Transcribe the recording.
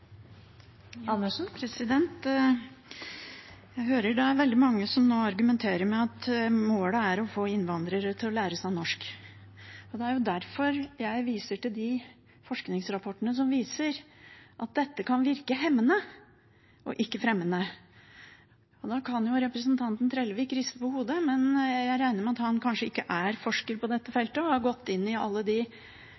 Jeg hører at det nå er veldig mange som argumenterer med at målet er å få innvandrere til å lære seg norsk. Det er jo derfor jeg viser til de forskningsrapportene som viser at dette kan virke hemmende, ikke fremmende. Representanten Trellevik kan riste på hodet, men jeg regner med at han ikke er forsker på dette